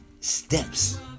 steps